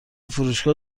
فروشگاه